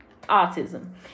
autism